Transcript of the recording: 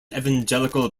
evangelical